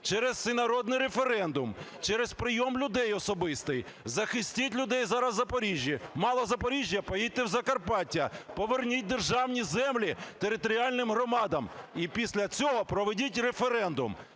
через всенародний референдум, через прийом людей особистий. Захистіть людей зараз в Запоріжжі. Мало Запоріжжя? Поїдьте в Закарпаття. Поверніть державні землі територіальним громадам і після цього проведіть референдум.